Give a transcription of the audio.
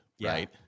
right